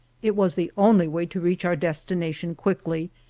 it was the only way to reach our destination quickly,